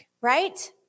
right